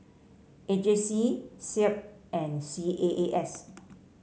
A J C SEAB and C A A S